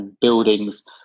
buildings